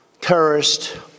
terrorist